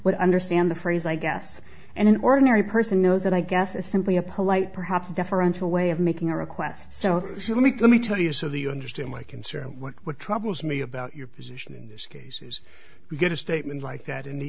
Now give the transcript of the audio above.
would understand the phrase i guess and an ordinary person knows that i guess is simply a polite perhaps deferential way of making a request so let me let me tell you so the understand my concern what troubles me about your position in this case is you get a statement like that in the